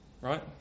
right